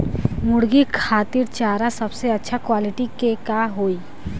मुर्गी खातिर चारा सबसे अच्छा क्वालिटी के का होई?